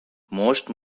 مشت